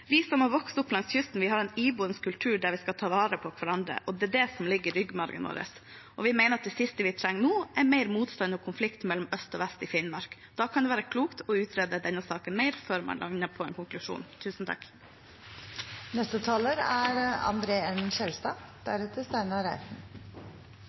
vi som har vokst opp langs kysten, har en iboende kultur der vi skal ta vare på hverandre. Det er det som ligger i ryggmargen vår. Vi mener at det siste vi trenger nå, er mer motstand og konflikt mellom øst og vest i Finnmark. Da kan det være klokt å utrede denne saken mer før man lander på en konklusjon.